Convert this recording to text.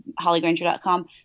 hollygranger.com